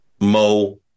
Mo